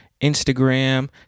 Instagram